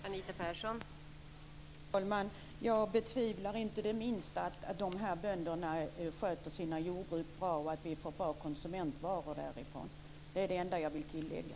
Fru talman! Jag betvivlar inte det minsta att bönderna sköter sina jordbruk väl och att vi får bra konsumentvaror från dem. Det är det enda jag vill tillägga.